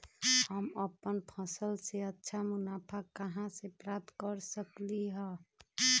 हम अपन फसल से अच्छा मुनाफा कहाँ से प्राप्त कर सकलियै ह?